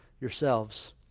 yourselves